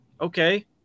Okay